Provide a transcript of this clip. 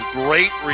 great